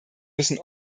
müssen